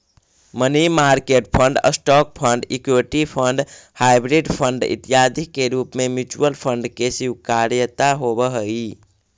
money market fund, stock fund, equity fund, hybrid fund इत्यादि के रूप में म्यूचुअल फंड के स्वीकार्यता होवऽ हई